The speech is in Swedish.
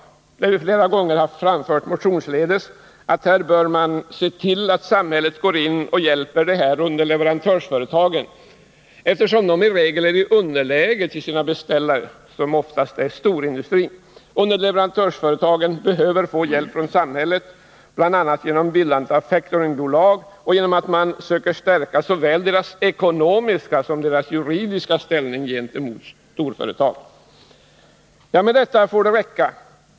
Där har vi flera gånger framfört motionsledes att man bör se till att samhället går in och hjälper underleverantörsföretagen, eftersom de i regel är i underläge gentemot sina beställare, som oftast tillhör storindustrin. Underleverantörsföretagen behöver få hjälp från samhället, bl.a. genom bildandet av factoringbolag och genom att man försöker stärka såväl deras ekonomiska som deras juridiska ställning gentemot storföretagen. Med detta får det räcka.